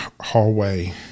hallway